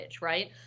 right